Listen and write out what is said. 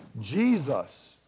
Jesus